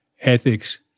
ethics